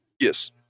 Yes